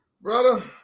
Brother